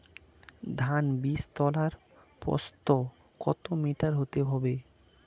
ধান বীজতলার প্রস্থ কত মিটার হতে হবে?